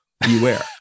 beware